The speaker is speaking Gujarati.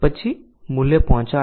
પછી મૂલ્ય પહોંચાડો